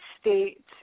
state